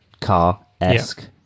car-esque